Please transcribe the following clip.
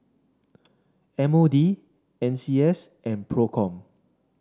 M O D N C S and Procom